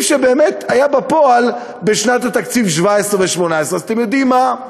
שבאמת יהיה בפועל בשנות התקציב 2017 2018. אז אתם יודעים מה?